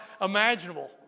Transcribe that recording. imaginable